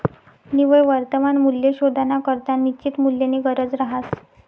निव्वय वर्तमान मूल्य शोधानाकरता निश्चित मूल्यनी गरज रहास